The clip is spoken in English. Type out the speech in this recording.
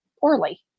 poorly